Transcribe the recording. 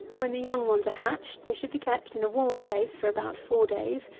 when the young ones are hatched, they should be kept in a warm place for about four days,